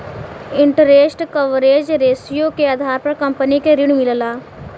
interest coverage ratio के आधार पर कंपनी के ऋण मिलला